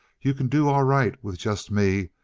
you can do all right with just me,